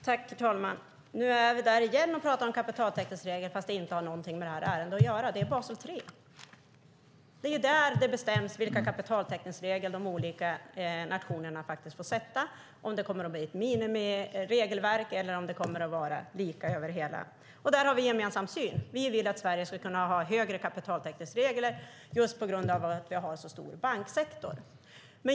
Herr talman! Nu är vi där igen och talar om kapitaltäckningsreglerna fast de inte har någonting med det här ärendet att göra. De hör till Basel III. Där bestäms vilka kapitaltäckningsregler de olika nationerna får sätta, om det blir ett minimiregelverk eller om det blir lika över hela skalan. Där har vi en gemensam syn. Vi vill att Sverige ska kunna ha högre kapitalteckningskrav på grund av att vi har en så stor banksektor.